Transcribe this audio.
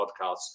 podcasts